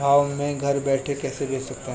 भाव में घर बैठे कैसे बेच सकते हैं?